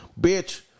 bitch